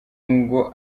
ngo